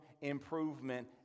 improvement